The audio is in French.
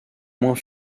moins